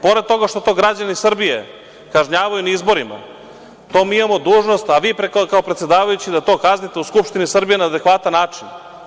Pored toga što to građani Srbije kažnjavaju na izborima, to mi imamo dužnost, a vi kao predsedavajući da to kaznite u Skupštini Srbije na adekvatan način.